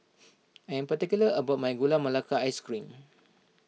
I am particular about my Gula Melaka Ice Cream